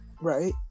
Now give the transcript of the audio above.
Right